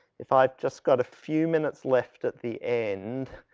if i've just got a few minutes left at the end.